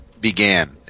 began